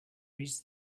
reads